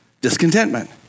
discontentment